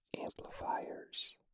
amplifiers